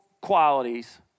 qualities